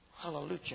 Hallelujah